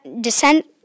descent